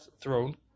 throne